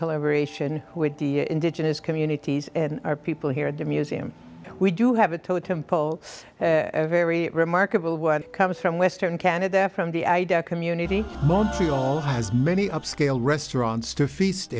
collaboration with the indigenous communities and our people here at the museum we do have a totem pole very remarkable what comes from western canada from the idea of community as many upscale restaurants to feast